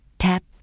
Tap